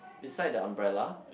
beside the umbrella